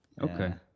Okay